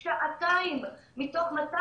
ברורות למה הם הצעדים שאתם מתכוונים לעשות ומה